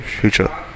future